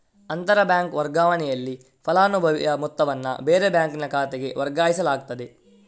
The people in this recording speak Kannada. ಅಂತರ ಬ್ಯಾಂಕ್ ವರ್ಗಾವಣೆನಲ್ಲಿ ಫಲಾನುಭವಿಯ ಮೊತ್ತವನ್ನ ಬೇರೆ ಬ್ಯಾಂಕಿನ ಖಾತೆಗೆ ವರ್ಗಾಯಿಸಲಾಗ್ತದೆ